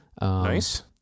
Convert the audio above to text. Nice